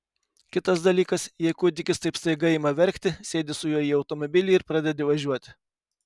kitas dalykas jei kūdikis taip staiga ima verkti sėdi su juo į automobilį ir pradedi važiuoti